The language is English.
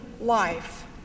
life